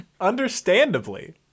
Understandably